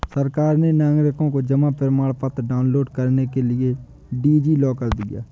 सरकार ने नागरिकों को जमा प्रमाण पत्र डाउनलोड करने के लिए डी.जी लॉकर दिया है